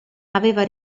aveva